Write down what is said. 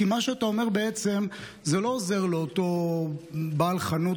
כי מה שאתה אומר בעצם לא עוזר לאותו בעל חנות